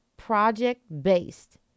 project-based